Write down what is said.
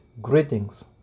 Greetings